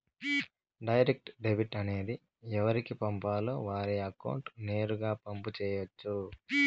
direct debit అనేది ఎవరికి పంపాలో వారి అకౌంట్ నేరుగా పంపు చేయొచ్చు